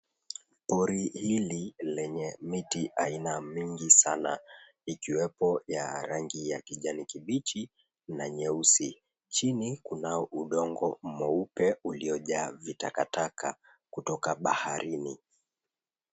Pori hili lenye miti aina mingi sana ikiwepo ya rangi ya kijani kibichi na nyeusi. Chini kuna udongo mweupe uliojaa vitakataka kutoka baharini.